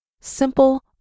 simple